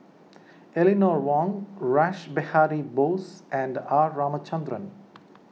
Eleanor Wong Rash Behari Bose and R Ramachandran